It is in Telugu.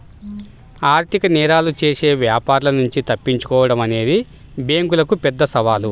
ఆర్థిక నేరాలు చేసే వ్యాపారుల నుంచి తప్పించుకోడం అనేది బ్యేంకులకు పెద్ద సవాలు